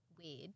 weird